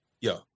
yo